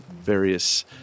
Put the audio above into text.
various